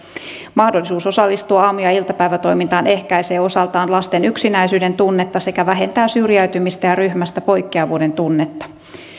mahdollisuus osallistua aamu ja iltapäivätoimintaan ehkäisee osaltaan lasten yksinäisyyden tunnetta sekä vähentää syrjäytymistä ja ryhmästä poikkeavuuden tunnetta